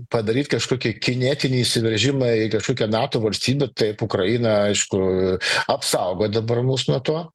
padaryt kažkokį kinetinį įsiveržimą į kažkokią nato valstybę taip ukraina aišku apsaugo dabar mus nuo to